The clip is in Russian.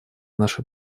наши